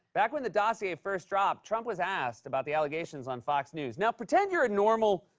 back when the dossier first dropped, trump was asked about the allegations on fox news. now, pretend you're a normal,